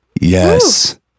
yes